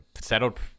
settled